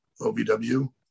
OVW